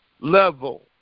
level